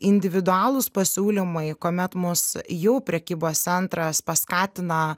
individualūs pasiūlymai kuomet mus jau prekybos centras paskatina